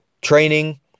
training